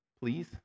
please